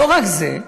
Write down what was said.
לא רק זה,